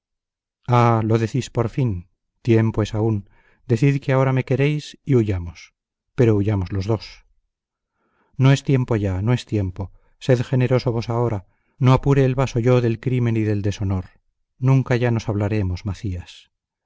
ah lo decís por fin tiempo es aún decid que ahora me queréis y huyamos pero huyamos los dos no es tiempo ya no es tiempo sed generoso vos ahora no apure el vaso yo del crimen y del deshonor nunca ya nos hablaremos macías